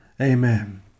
amen